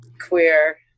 queer